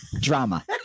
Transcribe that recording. Drama